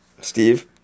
Steve